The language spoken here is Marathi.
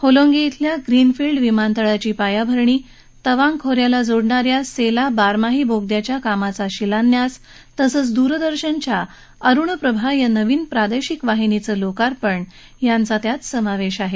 होलोंगी केल्या ग्रीनफील्ड विमानतळाची पायाभरणी तवाग खो याला जोडणा या सेला बारमाही बोगद्याच्या कामावा शिलान्यास तसंच दूरदर्शनच्या अरुण प्रभा या नवीन प्रादेशिक वाहिनीचं लोकार्पण यांचा त्यात समावेश आहे